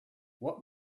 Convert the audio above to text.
what